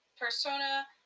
persona